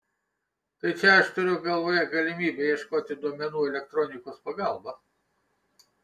tai čia aš turiu galvoje galimybę ieškoti duomenų elektronikos pagalba